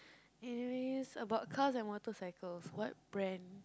if it is about cars and motorcycles what brand